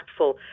impactful